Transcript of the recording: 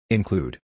Include